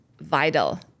vital